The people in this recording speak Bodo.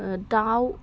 दाउ